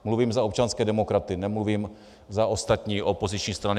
Mluvím za občanské demokraty, nemluvím za ostatní opoziční strany.